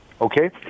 okay